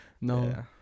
No